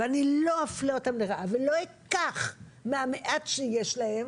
אני לא אפלה אותם לרעה ולא אקח מהמעט שיש להם,